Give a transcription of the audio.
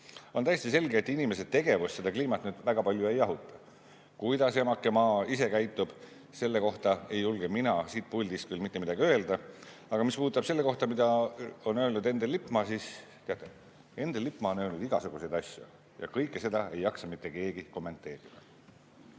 On täiesti selge, et inimese tegevus kliimat väga palju ei jahuta. Kuidas emake maa ise käitub, selle kohta ei julge mina siit puldist küll mitte midagi öelda. Aga mis puudutab seda, mida on öelnud Endel Lippmaa, siis Endel Lippmaa on öelnud igasuguseid asju ja kõike seda ei jaksa mitte keegi kommenteerida.